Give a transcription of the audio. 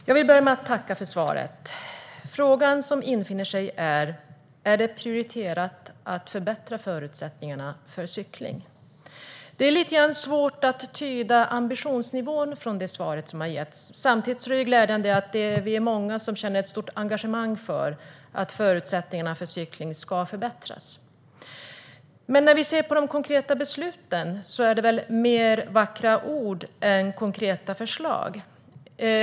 Herr talman! Jag tackar för svaret. Den fråga som infinner sig är: Är det prioriterat att förbättra förutsättningarna för cykling? Det är lite svårt att tyda ambitionsnivån i det svar som har getts. Samtidigt är det glädjande att vi är många som känner ett stort engagemang för att förutsättningarna för cykling ska förbättras. Men när vi ser på de konkreta besluten kan vi väl säga att det är mer vackra ord än konkreta förslag.